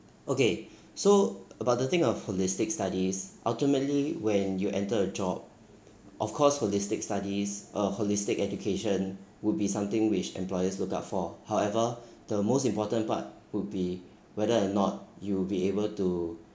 okay so about the thing of holistic studies ultimately when you enter a job of course holistic studies uh holistic education would be something which employers look out for however the most important part would be whether or not you'll be able to